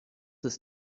ist